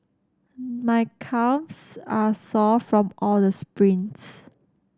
my calves are sore from all the sprints